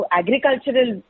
agricultural